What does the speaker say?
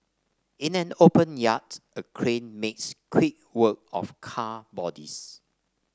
in an open yard a crane makes quick work of car bodies